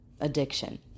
addiction